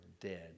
dead